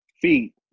Feet